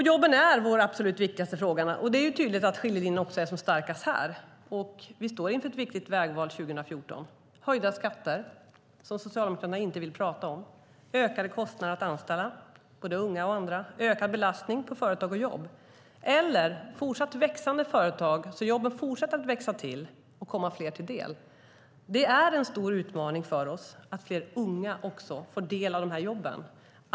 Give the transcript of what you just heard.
Jobben är vår absolut viktigaste fråga. Det är tydligt att skiljelinjerna är starkast här. Vi står inför ett viktigt vägval 2014. Ska det vara höjda skatter, som Socialdemokraterna inte vill prata om, ökade kostnader att anställa unga och andra och ökad belastning på företag och jobb? Eller ska företagen växa så att antalet jobb fortsätter att växa till? Det här är en stor utmaning för oss att fler unga får del av jobben.